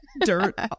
dirt